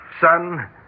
son